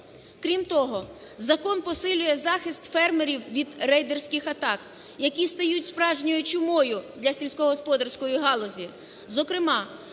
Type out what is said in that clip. Крім того, закон посилює захист фермерів від рейдерських атак, які стають справжньою "чумою" для сільськогосподарської галузі.